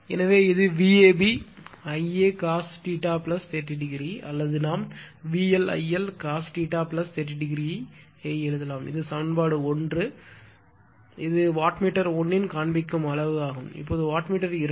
எனவே இது Vab Ia cos 30 o அல்லது நாம் VL IL cos 30 o ஐ எழுதலாம் இது சமன்பாடு 1 இது வாட் மீட்டர் 1 இன் காண்பிக்கும் அளவு இப்போது வாட் மீட்டர் 2